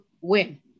win